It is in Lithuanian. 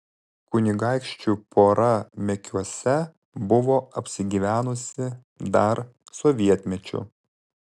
kauniškių pora mekiuose buvo apsigyvenusi dar sovietmečiu